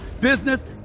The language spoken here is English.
business